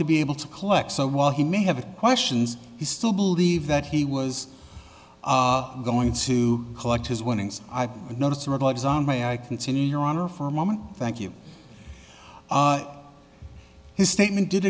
to be able to collect so while he may have questions he still believe that he was going to collect his winnings i've noticed my i continue your honor for a moment thank you his statement did